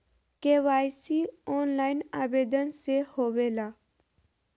KYC online आवेदन से होवे ला?